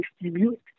distribute